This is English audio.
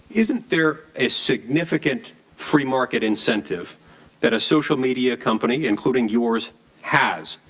isn't there a significant premarket incentive that a social media company including yours has,